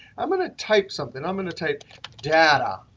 i'm going to type something. i'm going to type data.